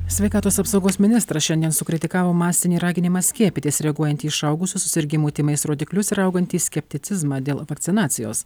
sveikatos apsaugos ministras šiandien sukritikavo masinį raginimą skiepytis reaguojant į išaugusius susirgimų tymais rodiklius ir augantį skepticizmą dėl vakcinacijos